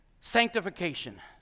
Sanctification